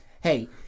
hey